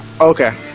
okay